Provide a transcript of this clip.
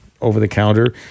over-the-counter